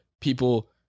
people